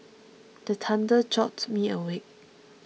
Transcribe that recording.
the thunder jolt me awake